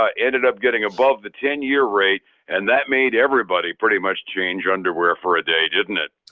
ah ended up getting above the ten-year rate and that made everybody pretty much change underwear for a day, didn't it.